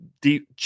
deep